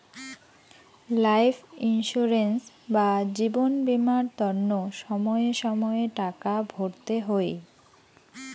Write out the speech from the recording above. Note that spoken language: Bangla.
লাইফ ইন্সুরেন্স বা জীবন বীমার তন্ন সময়ে সময়ে টাকা ভরতে হই